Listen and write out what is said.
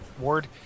Ward